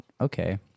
okay